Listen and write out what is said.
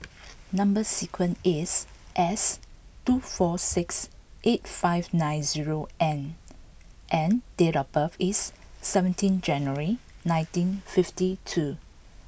number sequence is S two four six eight five nine zero N and date of birth is seventeen January nineteen fifty two